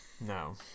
No